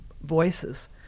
voices